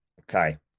Okay